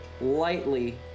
lightly